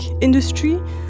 industry